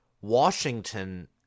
Washington